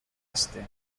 este